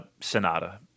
Sonata